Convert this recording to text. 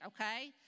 okay